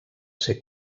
ser